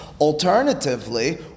Alternatively